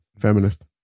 feminist